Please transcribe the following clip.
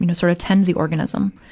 you know sort of tend the organism.